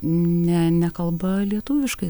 ne nekalba lietuviškai